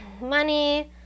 money